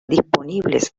disponibles